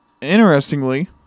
Interestingly